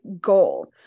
goal